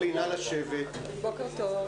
בוקר טוב.